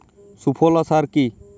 সুফলা সার কি?